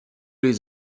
les